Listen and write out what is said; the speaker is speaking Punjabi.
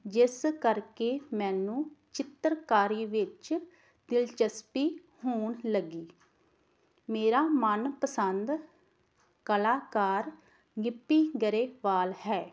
ਜਿਸ ਕਰਕੇ ਮੈਨੂੰ ਚਿੱਤਰਕਾਰੀ ਵਿੱਚ ਦਿਲਚਸਪੀ ਹੋਣ ਲੱਗੀ ਮੇਰਾ ਮਨ ਪਸੰਦ ਕਲਾਕਾਰ ਗਿੱਪੀ ਗਰੇਵਾਲ ਹੈ